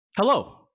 hello